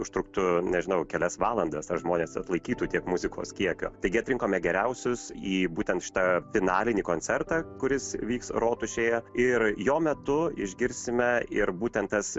užtruktų nežinau kelias valandas ar žmonės atlaikytų tiek muzikos kiekio taigi atrinkome geriausius į būtent šitą finalinį koncertą kuris vyks rotušėje ir jo metu išgirsime ir būtent tas